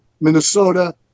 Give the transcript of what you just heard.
Minnesota